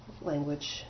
language